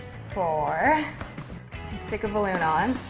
four stick a balloon on